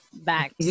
back